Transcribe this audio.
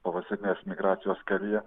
pavasarinės migracijos kelyje